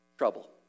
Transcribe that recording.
trouble